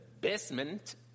basement